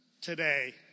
today